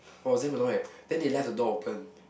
oh I was damn annoyed then they left the door open